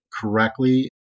correctly